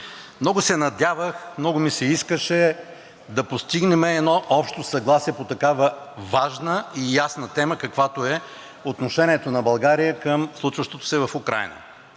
Много се надявах, много ми се искаше да постигнем едно общо съгласие по такава важна и ясна тема, каквато е отношението на България към случващото се в Украйна.